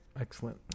Excellent